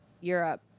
Europe